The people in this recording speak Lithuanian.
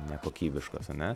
nekokybiškos ane